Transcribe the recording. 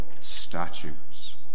statutes